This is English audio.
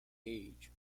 age